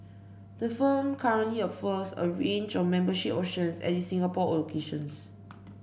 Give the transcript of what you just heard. the firm currently offers a range of membership options at its Singapore locations